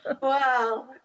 Wow